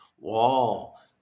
wall